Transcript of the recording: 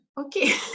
Okay